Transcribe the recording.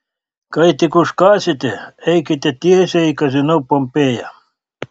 kai tik užkąsite eikite tiesiai į kazino pompėja